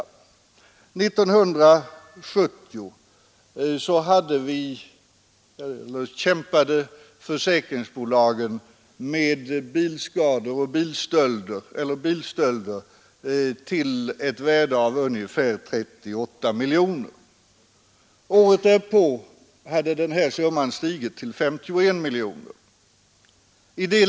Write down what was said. År 1970 kämpade försäkringsbolagen med bilstölder till ett värde av ungefär 38 miljoner kronor. Året därpå hade denna summa stigit till 51 miljoner kronor.